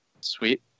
Sweet